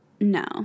No